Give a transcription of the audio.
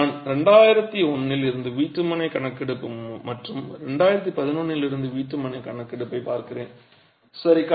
நான் 2001 ல் இருந்து வீட்டுமனை கணக்கெடுப்பு மற்றும் 2011 ல் இருந்து வீட்டுக் கணக்கெடுப்பைப் பார்க்கிறேன் சரி